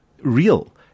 real